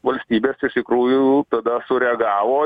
valstybės iš tikrųjų tada sureagavo